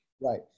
Right